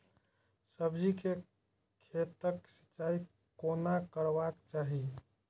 सब्जी के खेतक सिंचाई कोना करबाक चाहि?